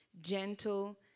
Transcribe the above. gentle